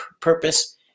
purpose